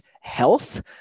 health